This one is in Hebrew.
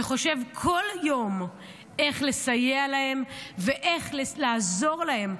שחושב בכל יום איך לסייע להן ואיך לעזור להן.